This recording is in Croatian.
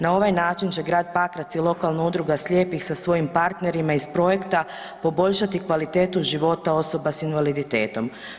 Na ovaj način će grad Pakrac i lokalna udruga slijepih sa svojim partnerima iz projekta poboljšati kvalitetu života osoba s invaliditetom.